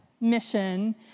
mission